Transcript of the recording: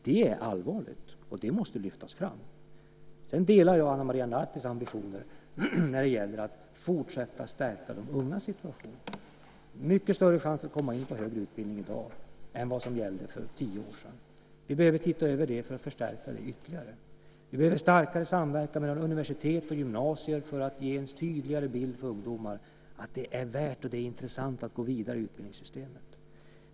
Det är allvarligt, och det måste lyftas fram. Sedan delar jag Ana Maria Nartis ambitioner när det gäller att man ska fortsätta att stärka de ungas situation. Det är mycket större chans att komma in på högre utbildning i dag än för tio år sedan. Vi behöver titta över detta för att förstärka det ytterligare. Vi behöver en starkare samverkan mellan universitet och gymnasier för att ge ungdomar en tydligare bild av att det är intressant att gå vidare i utbildningssystemet och att det är värt det.